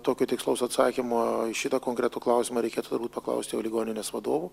tokio tikslaus atsakymo į šitą konkretų klausimą reikėtų paklausti jau ligoninės vadovų